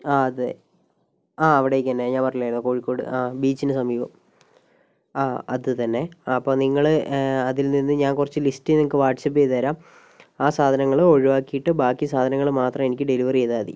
ആ അതെ ആ അവിടേക്ക് തന്നെ പറഞ്ഞില്ലായിരുന്നോ കോഴിക്കോട് ആ ബീച്ചിന് സമീപം ആ അത് തന്നെ അപ്പോൾ നിങ്ങൾ അതിൽ നിന്ന് ഞാൻ കുറച്ച് ലിസ്റ്റ് നിങ്ങൾക്ക് വാട്സ്ആപ്പ് ചെയ്തു തരാം ആ സാധനങ്ങൾ ഒഴിവാക്കിട്ട് ബാക്കി സാധങ്ങൾ മാത്രം എനിക്ക് ഡെലിവറി ചെയ്താൽ മതി